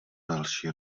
další